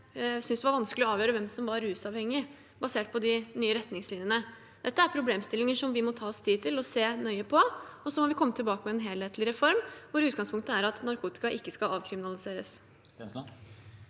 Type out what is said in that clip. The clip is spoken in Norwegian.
synes det var vanskelig å avgjøre hvem som var rusavhengig, basert på de nye retningslinjene. Dette er problemstillinger vi må ta oss tid til å se nøye på, og så må vi komme tilbake med en helhetlig reform, hvor utgangspunktet er at narkotika ikke skal avkriminaliseres.